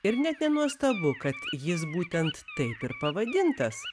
ir net nenuostabu kad jis būtent taip ir pavadintas